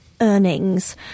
earnings